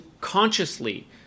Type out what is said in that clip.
consciously